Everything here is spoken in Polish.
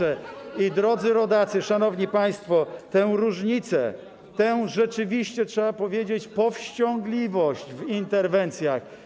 I, drodzy rodacy, szanowni państwo, tę różnicę, rzeczywiście trzeba powiedzieć, powściągliwość w interwencjach.